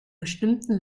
bestimmten